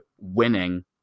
winning